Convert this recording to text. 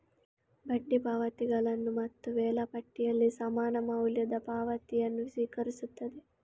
ಬಡ್ಡಿ ಪಾವತಿಗಳನ್ನು ಮತ್ತು ವೇಳಾಪಟ್ಟಿಯಲ್ಲಿ ಸಮಾನ ಮೌಲ್ಯದ ಪಾವತಿಯನ್ನು ಸ್ವೀಕರಿಸುತ್ತದೆ